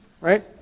right